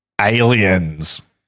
Aliens